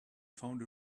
found